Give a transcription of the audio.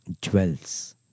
dwells